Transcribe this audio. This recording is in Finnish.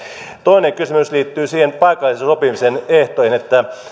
toinen kysymys liittyy niihin paikallisen sopimisen ehtoihin